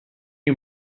you